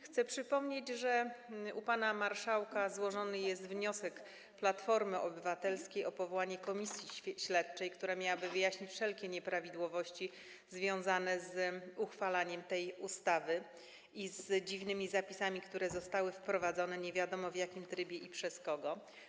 Chcę przypomnieć, że u pana marszałka złożony jest wniosek Platformy Obywatelskiej o powołanie komisji śledczej, która miałaby wyjaśnić wszelkie nieprawidłowości związane z uchwalaniem tej ustawy i z dziwnymi zapisami, które zostały wprowadzone nie wiadomo, w jakim trybie i przez kogo.